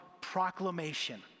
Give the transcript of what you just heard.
proclamation